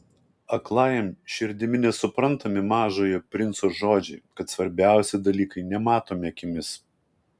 aklajam širdimi nesuprantami mažojo princo žodžiai kad svarbiausi dalykai nematomi akimis